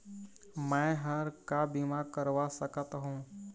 मैं हर का बीमा करवा सकत हो?